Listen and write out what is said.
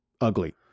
ugly